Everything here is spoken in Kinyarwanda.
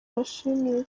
mbashimiye